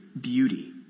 beauty